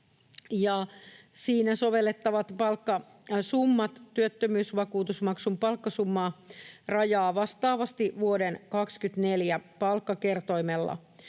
siinä sovellettavia palkkasummia työttömyysvakuutusmaksun palkkasumman rajaa vastaavasti vuoden 24 palkkakertoimella.